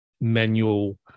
manual